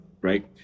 right